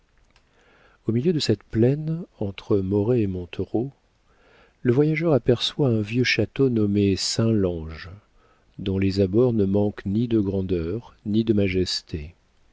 au milieu de cette plaine entre moret et montereau le voyageur aperçoit un vieux château nommé saint lange dont les abords ne manquent ni de grandeur ni de majesté